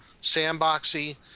sandboxy